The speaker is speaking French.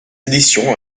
édition